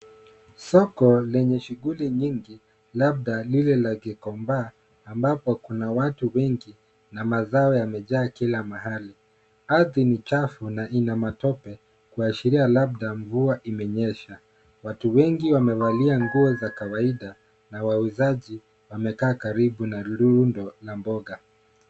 Soko lenye shughuli mingi labda lile la gikombaa ambapo kuna watu wengi na mazao yamejaa kila mahali. Ardhi ni chafu na ina matope kuashiria labda mvua imenyesha. Watu wengi wamevalia nguo za kawaida na wauzaji wamekaa karibu na rundo la mboga.